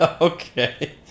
Okay